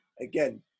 again